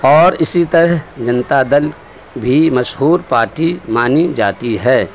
اور اسی طرح جنتا دل بھی مشہور پارٹی مانی جاتی ہے